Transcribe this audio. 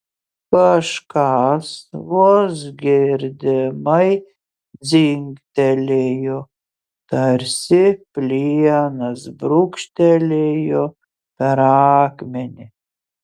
kažkas vos girdimai dzingtelėjo tarsi plienas brūkštelėjo per akmenį